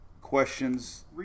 questions